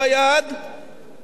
אלה צעדים של מיסוי,